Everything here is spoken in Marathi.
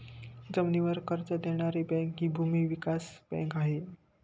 जमिनीवर कर्ज देणारी बँक हि भूमी विकास बँक आहे